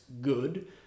good